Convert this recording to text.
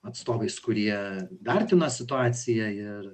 atstovais kurie vertino situaciją ir